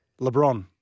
LeBron